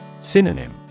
Synonym